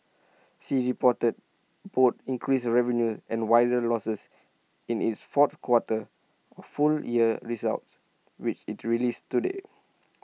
sea reported both increased revenues and wider losses in its fourth quarter and full year results which IT released today